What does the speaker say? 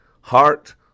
heart